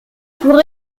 pour